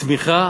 צמיחה